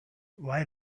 why